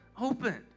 opened